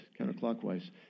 counterclockwise